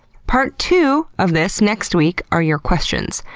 part two of this, next week, are your questions,